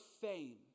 fame